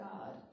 God